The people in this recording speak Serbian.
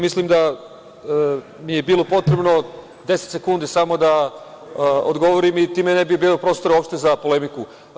Mislim da mi je bilo potrebno 10 sekundi samo da odgovorim i time ne bi bilo prostora uopšte za polemiku.